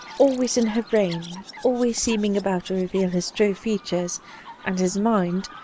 always in her brain, always seeming about to reveal his true features and his mind,